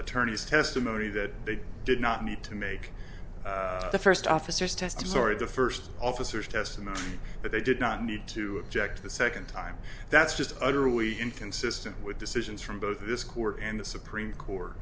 attorneys testimony that they did not need to make the first officers test sorry the first officer's testimony that they did not need to object the second time that's just utterly inconsistent with decisions from both this court and the supreme court